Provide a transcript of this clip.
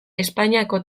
espainiako